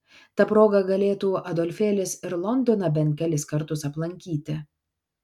ta proga galėtų adolfėlis ir londoną bent kelis kartus aplankyti